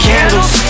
Candles